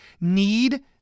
need